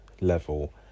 level